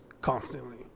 constantly